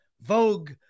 Vogue